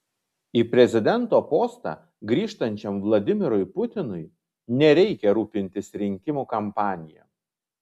į prezidento postą grįžtančiam vladimirui putinui nereikia rūpintis rinkimų kampanija